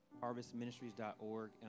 harvestministries.org